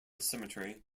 cemetery